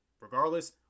Regardless